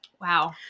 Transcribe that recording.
Wow